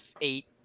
eight